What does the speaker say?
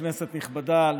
כנסת נכבדה,